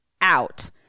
out